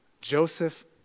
Joseph